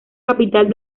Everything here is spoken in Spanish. capital